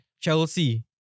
Chelsea